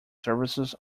services